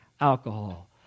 alcohol